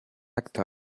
actor